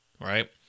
right